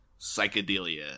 psychedelia